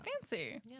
Fancy